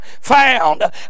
found